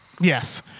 yes